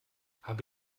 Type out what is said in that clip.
habe